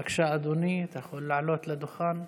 בבקשה, אדוני, אתה יכול לעלות לדוכן.